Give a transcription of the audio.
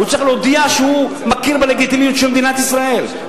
הוא צריך להודיע שהוא מכיר בלגיטימיות של מדינת ישראל,